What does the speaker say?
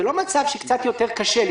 זה לא מצב שקצת יותר קשה לי.